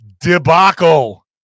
debacle